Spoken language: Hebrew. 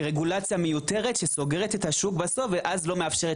רגולציה מיותרת את השוק בסוף ואז לא מאפשרת